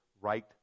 right